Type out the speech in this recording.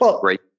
great